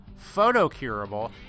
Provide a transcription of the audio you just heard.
photocurable